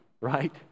right